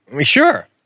sure